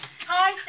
Hi